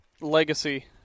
legacy